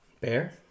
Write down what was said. Bear